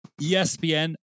ESPN